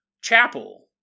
chapel